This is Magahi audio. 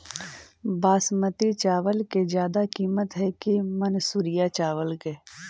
बासमती चावल के ज्यादा किमत है कि मनसुरिया चावल के?